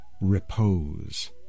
repose